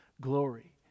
glory